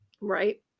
right